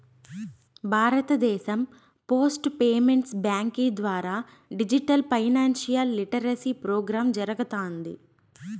భారతదేశం post payments బ్యాంకీ ద్వారా డిజిటల్ ఫైనాన్షియల్ లిటరసీ ప్రోగ్రామ్ జరగతాంది